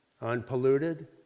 unpolluted